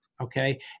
Okay